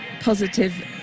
positive